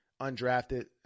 undrafted